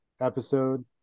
episode